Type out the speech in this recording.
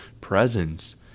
presence